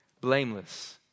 blameless